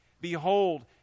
Behold